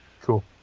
Cool